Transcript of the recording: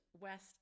west